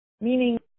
Meaning